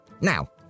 Now